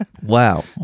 Wow